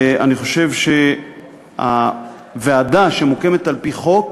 אני חושב שהוועדה, שמוקמת על-פי חוק,